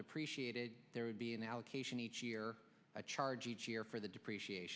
depreciated there would be an allocation each year a charge each year for the depreciat